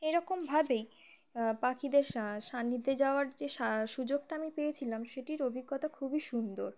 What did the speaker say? এরকমভাবেই পাখিদের সান্নিধ্যে যাওয়ার যে সুযোগটা আমি পেয়েছিলাম সেটির অভিজ্ঞতা খুবই সুন্দর